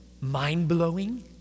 mind-blowing